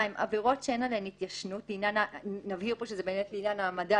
(2)עבירות שאין עליהן התיישנות לעניין העמדה